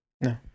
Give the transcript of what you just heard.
No